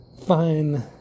fine